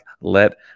Let